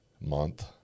month